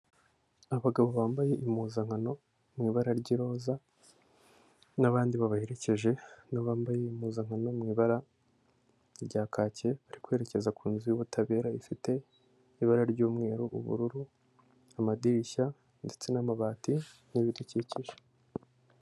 Abagabo bambaye impuzankano mu ibara ry'iroza n'abandi babaherekeje nabo bambaye impuzankano mu ibara rya kaki bari kwerekeza ku nzu y'ubutabera ifite ibara ry'umweru, ubururu amadirishya ndetse n'amabati n'ibidukikije.